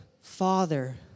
father